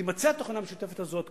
ותימצא התוכנה המשותפת הזאת,